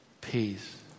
peace